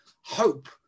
hope